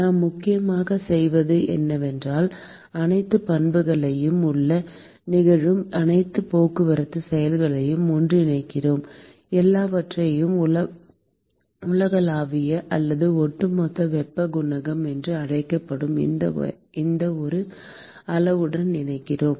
நாம் முக்கியமாகச் செய்வது என்னவென்றால் அனைத்து பண்புகளையும் உள்ளே நிகழும் அனைத்து போக்குவரத்து செயல்முறைகளையும் ஒன்றிணைக்கிறோம் எல்லாவற்றையும் உலகளாவிய அல்லது ஒட்டுமொத்த வெப்பக் குணகம் என்று அழைக்கப்படும் இந்த ஒரு அளவுடன் இணைக்கிறோம்